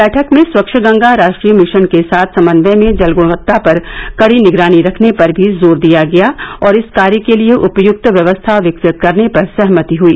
बैठक में स्वच्छ गंगा राष्ट्रीय मिशन के साथ समन्वय में जल गृणवत्ता पर कडी निगरानी रखने पर भी जोर दिया गया और इस कार्य के लिए उपयक्त व्यवस्था विकसित करने पर सहमति हई